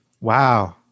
Wow